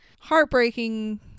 heartbreaking